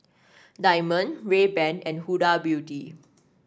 Diamond Rayban and Huda Beauty